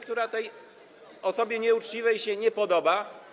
która tej osobie nieuczciwej się nie podoba.